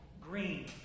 green